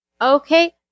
Okay